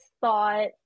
thought